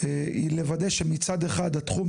אסף לוי, בבקשה, רשות הדיבור.